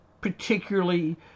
particularly